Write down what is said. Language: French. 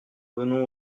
venons